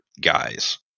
guys